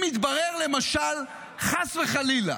אם יתברר, למשל, חס וחלילה,